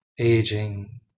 aging